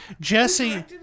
jesse